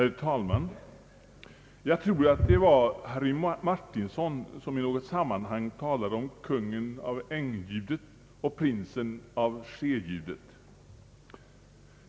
Herr talman! Jag tror det var Harry Martinson, som i något sammanhang talade om »kungen av eng-ljudet och prinsen av sje-ljudet».